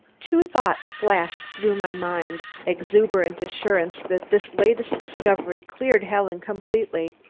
two thoughts flashed through my mind, exuberant assurance that this latest discovery cleared helen completely.